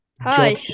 Hi